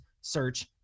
search